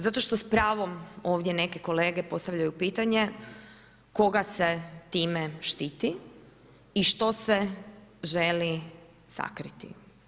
Zato što s pravom ovdje neki kolege postavljaju pitanje, koga se time štiti i što se želi sakriti?